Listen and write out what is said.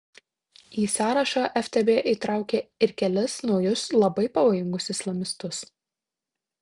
į sąrašą ftb įtraukė ir kelis naujus labai pavojingus islamistus